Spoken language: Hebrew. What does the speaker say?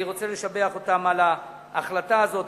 אני רוצה לשבח אותם על ההחלטה הזאת.